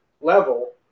level